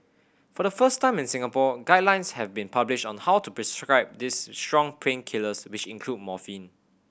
for the first time in Singapore guidelines have been published on how to prescribe these strong painkillers which include morphine